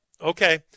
Okay